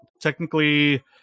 technically